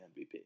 MVP